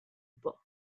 book